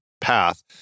path